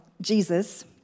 Jesus